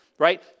Right